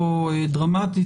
לא דרמטית,